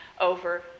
over